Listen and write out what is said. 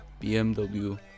BMW